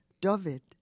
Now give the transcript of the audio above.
David